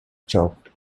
choked